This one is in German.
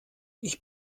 ich